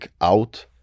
out